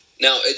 Now